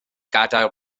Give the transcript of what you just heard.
gadael